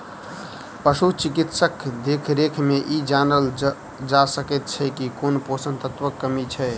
पशु चिकित्सकक देखरेख मे ई जानल जा सकैत छै जे कोन पोषण तत्वक कमी छै